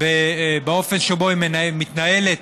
באופן שבו היא מנהלת